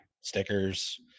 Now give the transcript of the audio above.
Stickers